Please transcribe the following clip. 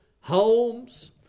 homes